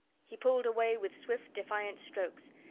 he pulled away with swift defiant strokes,